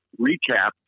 recap